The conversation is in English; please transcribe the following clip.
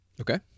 Okay